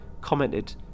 commented